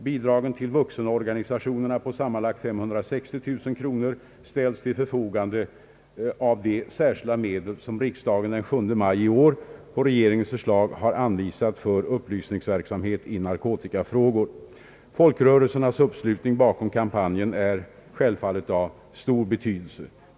Bidragen = till vuxenorganisationerna på sammanlagt 560 000 kronor ställs till förfogande av de särskilda medel som riksdagen den 7 maj i år på regeringens förslag har anvisat för upplysningsverksamhet i narkotikafrågor. Folkrörelsernas uppslutning bakom kampanjen är självfallet av stor betydelse.